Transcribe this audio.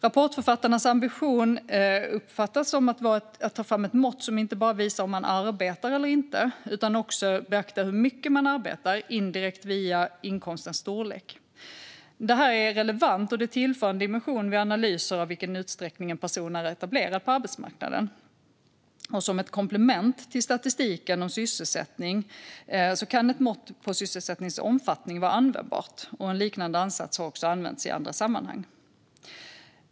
Rapportförfattarnas ambition uppfattas som att ta fram ett mått som inte bara visar om man arbetar eller inte utan som också indirekt via inkomstens storlek beaktar hur mycket man arbetar. Det här är relevant, och det tillför en dimension vid analyser av vilken utsträckning en person är etablerad på arbetsmarknaden. Som ett komplement till statistiken över sysselsättning kan ett mått på sysselsättningens omfattning vara användbart. En liknande ansats har också använts i andra sammanhang.